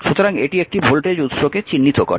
সুতরাং এটি একটি ভোল্টেজ উৎসকে চিহ্নিত করে